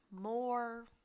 more